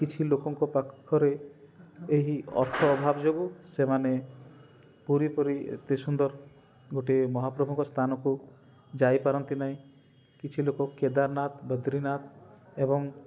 କିଛି ଲୋକଙ୍କ ପାଖରେ ଏହି ଅର୍ଥ ଅଭାବ ଯୋଗୁଁ ସେମାନେ ପୁରୀ ଭଳି ଏତେ ସୁନ୍ଦର ଗୋଟେ ମହାପ୍ରଭୁଙ୍କ ସ୍ଥାନକୁ ଯାଇପାରନ୍ତି ନାହିଁ କିଛି ଲୋକ କେଦାରନାଥ ବଦ୍ରୀନାଥ ଏବଂ